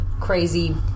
crazy